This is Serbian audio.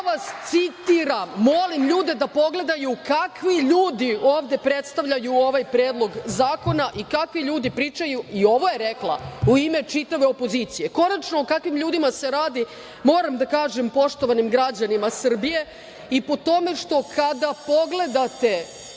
to vas, citiram. Molim ljude da pogledaju kakvi ljudi ove predstavljaju ovaj predlog zakona i kakvi ljudi pričaju. I, ovo je rekla – u ime čitave opozicije. Konačno, o kakvim ljudima se radi moram da kažem poštovanim građanima Srbije i po tome što kada pogledate